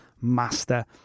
master